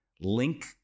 Link